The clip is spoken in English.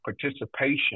participation